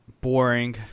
boring